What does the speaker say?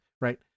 Right